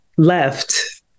left